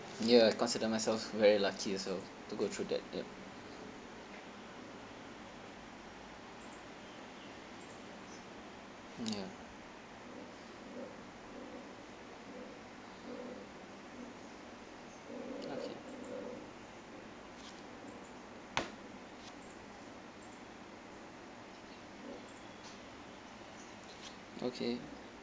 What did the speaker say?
ya I consider myself very lucky also to go through that yup ya okay okay